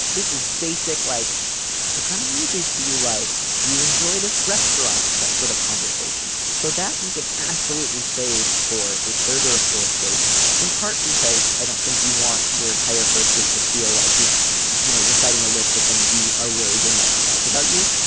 this is basic like what kind of movies do you like. do you enjoy this restaurant. so sort of conversations so that you can absolutely save for a third or fourth date in part because i don't think you want your entire first date to feel like you're you know reciting a list of things you are worried they might not like about you.